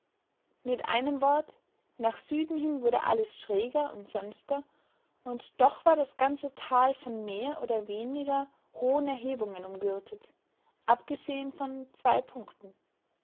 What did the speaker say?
mit einem wort nach süden hin wurde alles schräger und sanfter und doch war das ganze tal von mehr oder weniger hohen erhebungen umgürtet abgesehen von zwei punkten